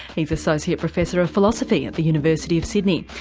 he's associate professor of philosophy at the university of sydney.